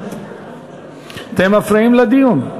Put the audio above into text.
אתם מפריעים לדיון.